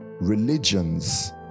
religions